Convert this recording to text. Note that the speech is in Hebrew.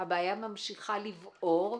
הבעיה ממשיכה לבעור,